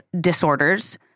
disorders